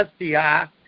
SDI